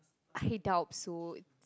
I doubt so